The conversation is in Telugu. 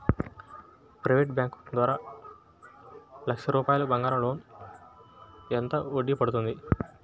ప్రైవేట్ బ్యాంకు ద్వారా లక్ష రూపాయలు బంగారం లోన్ ఎంత వడ్డీ పడుతుంది?